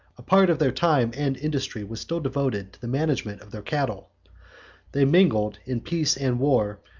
a part of their time and industry was still devoted to the management of their cattle they mingled, in peace and war,